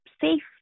safe